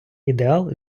ідеал